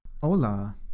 Hola